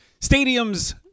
Stadium's